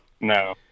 No